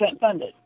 funded